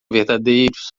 verdadeiros